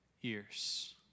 years